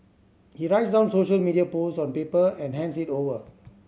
he writes down social media posts on paper and hands it over